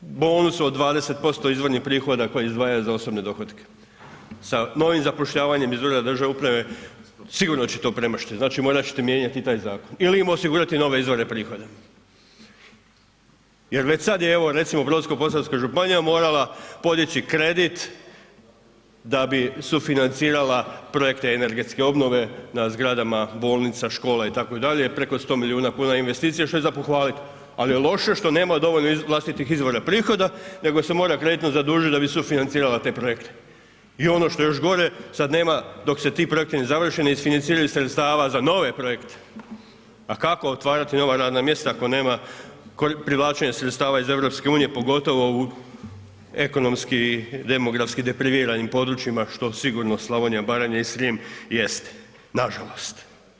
bonusu od 20% izvornih prihoda koje izdvajaju za osobne dohotke, sa novih zapošljavanjem iz ureda državne uprave sigurno će to premašiti, znači morat ćete mijenjati i taj zakon ili im osigurati nove izvore prihoda jer već sad je evo recimo Brodsko-posavska županija morala podići kredit da bi sufinancirala projekte energetske obnove na zgradama bolnica, škola itd., preko 100 milijuna kuna investicije, što je za pohvalit, al je loše što nema dovoljno vlastitih izvora prihoda, nego se mora kreditno zadužit da bi sufinancirala te projekte i ono što je još gore, sad nema, dok se ti projekti ne završe, ne isfinanciraju sredstava za nove projekte, a kako otvarati nova radna mjesta ako nema privlačenja sredstava iz EU, pogotovo u ekonomski demografski deprimiranim područjima, što sigurno Slavonija, Baranja i Srijem jeste, nažalost.